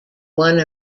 one